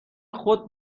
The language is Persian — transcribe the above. خود